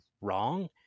wrong